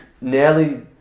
nearly